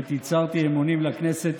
עת הצהרתי אמונים לכנסת,